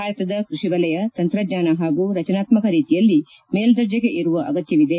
ಭಾರತದ ಕೃಷಿ ವಲಯ ತಂತ್ರಜ್ವಾನ ಹಾಗೂ ರಚನಾತ್ಮಕ ರೀತಿಯಲ್ಲಿ ಮೇಲ್ದರ್ಜೆಗೆ ಏರುವ ಅಗತ್ಲವಿದೆ